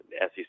SEC